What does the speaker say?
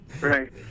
right